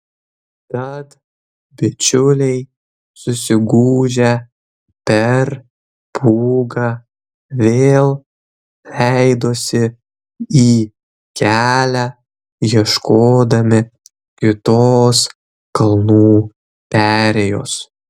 tad bičiuliai susigūžę per pūgą vėl leidosi į kelią ieškodami kitos kalnų perėjos